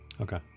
Okay